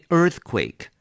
earthquake